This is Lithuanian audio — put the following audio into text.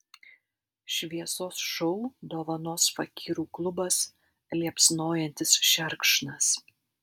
šviesos šou dovanos fakyrų klubas liepsnojantis šerkšnas